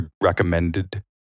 recommended